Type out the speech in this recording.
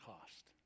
cost